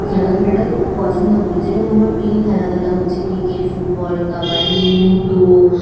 খেলাধুলাটাকে খুব পছন্দ করি যেরকম আমার প্রিয় খেলাধুলা হচ্ছে ক্রিকেট ফুটবল কাবাডি লুডো